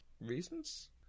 Reasons